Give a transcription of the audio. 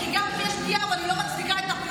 כי גם אם יש פגיעה אבל היא לא מצדיקה את הפירוד,